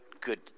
good